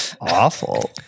awful